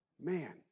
man